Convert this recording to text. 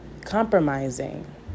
compromising